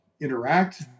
interact